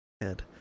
Head